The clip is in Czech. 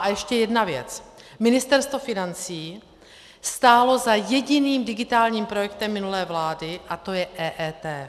A ještě jedna věc: Ministerstvo financí stálo za jediným digitálním projektem minulé vlády a to je EET.